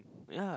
yeah